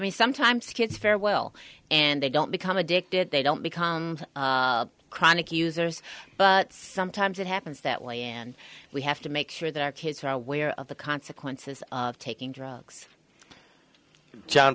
mean sometimes kids very well and they don't become addicted they don't become chronic users but sometimes it happens that way and we have to make sure that our kids are aware of the consequences of taking drugs john